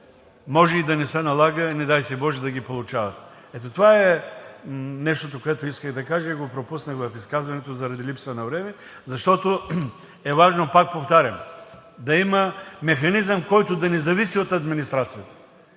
може и да не се налага, не дай си боже, да ги получават. Ето това е нещото, което исках да кажа и го пропуснах в изказването заради липса на време. Защото е важно, пак повтарям, да има механизъм, който да не зависи от администрацията.